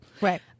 right